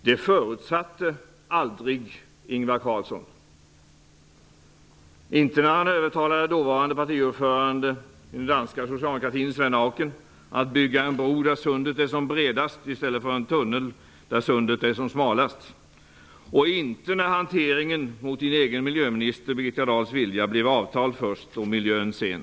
Det förutsatte aldrig Ingvar Carlsson. Det gjorde han inte när han övertalade dåvarande partiordföranden för den danska socialdemokratin, Svend Auken, att bygga en bro där sundet är som bredast i stället för en tunnel där sundet är som smalast och inte heller när hanteringen mot Ingvar Carlssons egen miljöminister Birgitta Dahls vilja resulterade i avtal först och miljön sedan.